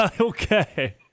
Okay